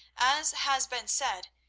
as has been said,